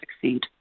succeed